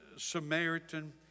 Samaritan